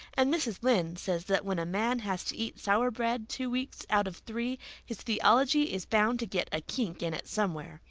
and mrs. lynde says that when a man has to eat sour bread two weeks out of three his theology is bound to get a kink in it somewhere.